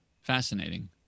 Fascinating